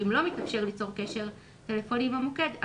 ואם לא מתאפשר ליצור קשר טלפוני עם המוקד,